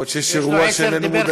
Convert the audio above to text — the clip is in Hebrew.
יכול להיות שיש אירוע שאיננו מודעים לו.